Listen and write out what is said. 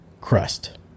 crust